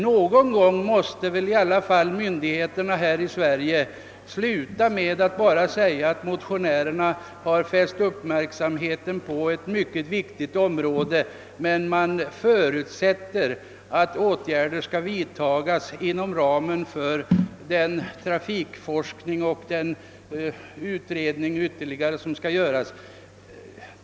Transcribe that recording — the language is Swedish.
Någon gång måste väl i alla fall myndigheterna här i Sverige upphöra med att säga att motionärerna har fäst uppmärksamheten på ett mycket viktigt område men att man förutsätter att åtgärder skall vidtagas inom ramen för den trafikforskning och ytterligare utredning som skall ske.